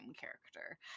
character